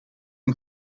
een